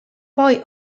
poi